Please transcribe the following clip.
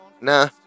nah